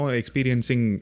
experiencing